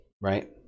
right